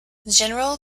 general